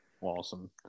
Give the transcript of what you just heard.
Awesome